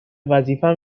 وظیفم